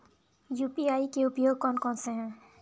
UPI के उपयोग कौन कौन से हैं?